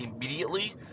immediately